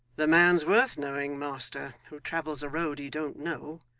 the man's worth knowing, master, who travels a road he don't know,